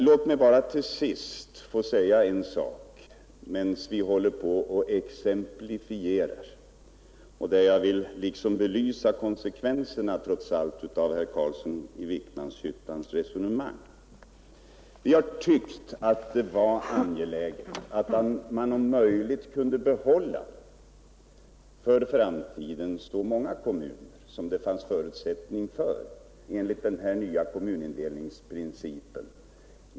Låt mig bara till sist nämna en sak, medan vi håller på och exemplifierar, för att belysa konsekvenserna av herr Carlssons resonemang. Vi har tyckt att det var angeläget att behålla för framtiden så många kommuner som det fanns förutsättning för enligt den nya kommunindelningsprincipen.